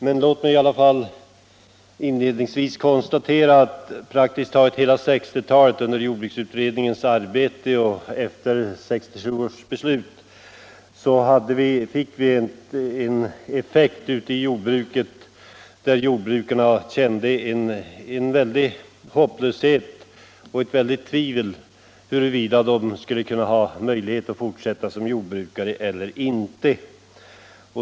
Men låt mig i alla fall inledningsvis konstatera att praktiskt taget hela 1960-talet, under jordbruksutredningens arbete och efter 1967 års jordbrukspolitiska beslut, var effekten ute i jordbruket sådan att jordbrukarna kände stor hopplöshet och ett väldigt tvivel huruvida de skulle ha möjlighet att fortsätta som jordbrukare eller inte.